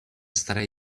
staré